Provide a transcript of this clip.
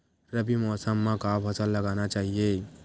रबी मौसम म का फसल लगाना चहिए?